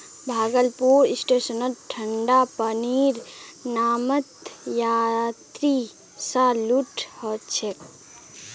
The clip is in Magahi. भागलपुर स्टेशनत ठंडा पानीर नामत यात्रि स लूट ह छेक